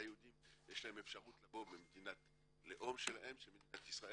ליהודים יש אפשרות לבוא למדינת הלאום שלהם שהיא מדינת ישראל.